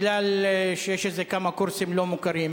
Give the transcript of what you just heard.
כי יש איזה כמה קורסים לא מוכרים.